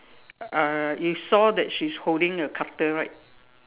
uh you saw that she is holding a cutter right